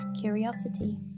curiosity